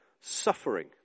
suffering